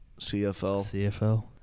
CFL